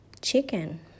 chicken